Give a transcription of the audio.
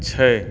छै